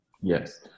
Yes